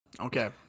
Okay